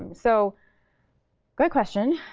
so great question.